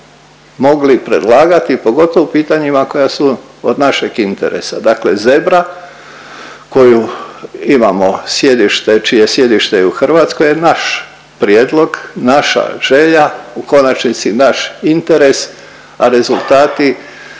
mogli predlagati, pogotovo u pitanjima koja su od našeg interesa. Dakle ZeBRa koju imamo sjedište, čije sjedište je u Hrvatskoj je naš prijedlog, naša želja, u konačnici naš interes, a rezultati